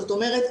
זאת אומרת,